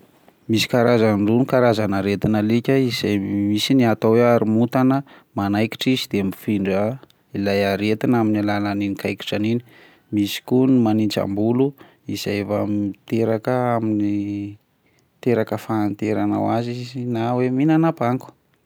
Misy karazany roa ny karazana aretina alika izay misy ny atao hoe haromontana, manaikitra izy de mifindra ilay amin'iny alalan'iny kaitrany iny, misy koa manintsam-bolo izay efa miteraka amin'ny miteraka fahanterana ho azy izy na hoe mihinana ampango.